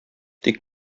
тик